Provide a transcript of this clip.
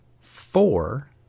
four